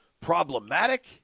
problematic